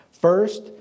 First